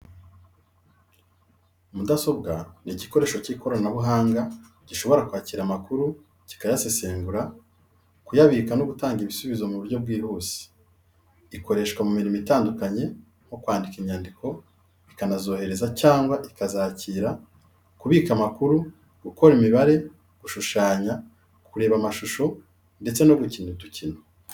Mudasobwa ni igikoresho cy'ikoranabuhanga gishobora kwakira amakuru, kuyasesengura, kuyabika no gutanga ibisubizo mu buryo bwihuse. Ikoreshwa mu mirimo itandukanye nko kwandika inyandiko ikanazohereza cyangwa ikazakira, kubika amakuru, gukora imibare, gushushanya, kureba amashusho, ndetse no gukina imikino.